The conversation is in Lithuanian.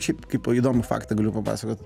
šiaip kaipo įdomų faktą galiu papasakot